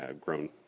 grown